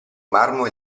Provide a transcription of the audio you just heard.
marmo